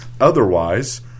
Otherwise